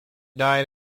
died